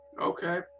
Okay